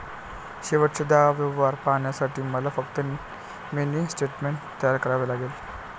शेवटचे दहा व्यवहार पाहण्यासाठी मला फक्त मिनी स्टेटमेंट तयार करावे लागेल